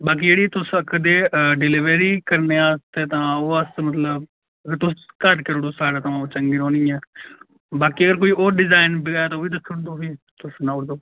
बाकी जेह्ड़ी तुस आक्खा दे डिलिवरी करने आस्तै ते तां ओह् अस्स मतलब तुस घर करू उड़ो सारें थमां ओह् चंगी रौहनी इयां बाकी अगर कोई होर डिजाइन बगैरा ते ओह् बी दिक्खी उड़गू फ्ही तुस सनाऊ उड़ो